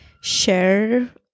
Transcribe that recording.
share